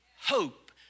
hope